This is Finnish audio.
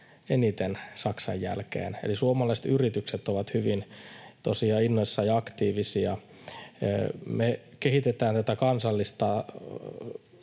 eniten Saksan jälkeen, eli suomalaiset yritykset ovat tosiaan hyvin innoissaan ja aktiivisia. Me kehitetään tätä kansallista